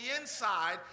inside